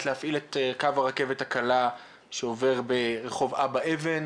להפעיל את קו הרכבת הקלה שעובר ברחוב אבא אבן.